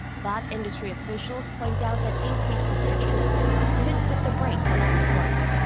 but, industry officials point out that increased protectionism could put the brakes on exports.